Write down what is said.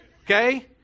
okay